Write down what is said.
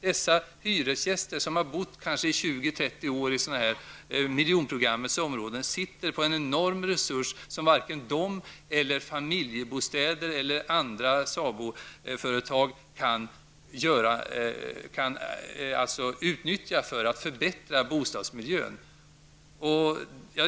De hyresgäster som har bott i miljonprogrammets områden i 20--30 år sitter alltså på en enorm resurs, som varken de, Familjebostäder eller andra SABO företag kan utnyttja för att förbättra bostadsmiljön.